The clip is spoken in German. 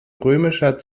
römischer